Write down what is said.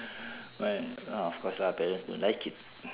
why ah of course lah parents don't like it